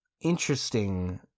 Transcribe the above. interesting